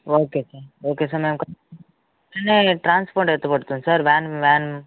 okay sir okay sir and transport ఎట్టా పడుతుంది సార్ వ్యాన్ వ్యాన్